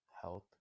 health